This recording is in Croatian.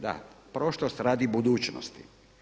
Da, prošlost radi budućnosti.